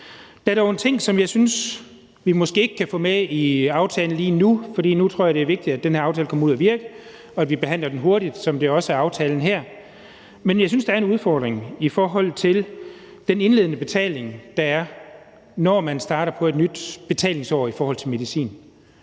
Der er dog en ting, som vi måske ikke kan få med i aftalen lige nu, for jeg tror, det er vigtigt, at den her aftale kommer ud at virke nu, og at vi behandler den hurtigt, som det også er aftalen her, men jeg synes, der er en udfordring i forhold til den indledende betaling, der er, når man starter på et nyt betalingsår i forhold til medicin.